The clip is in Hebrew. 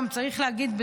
צריך להגיד,